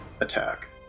attack